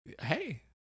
Hey